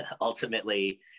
ultimately